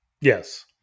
Yes